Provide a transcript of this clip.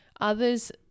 Others